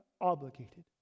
obligated